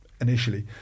initially